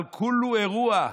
אבל כולו אירוע,